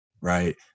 right